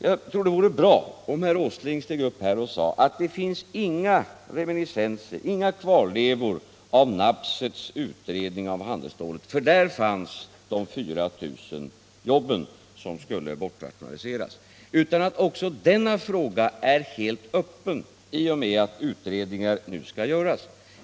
Jag tror att det vore bra om herr Åsling steg upp och sade att det finns inga reminiscenser, inga kvarlevor, av Nabseths utredning om handelsstålet, för där finns de 4 000 jobben som skulle bortrationaliseras, utan denna fråga är helt öppen i och med att utredningar nu skall göras.